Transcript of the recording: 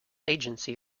agency